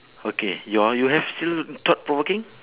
okay your one you have still thought-provoking